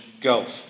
Gulf